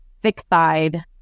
thick-thighed